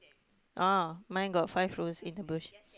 oh mine got five rose in a bush